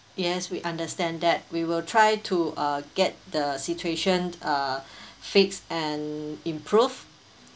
yes we understand that we will try to uh get the situation uh fixed and improved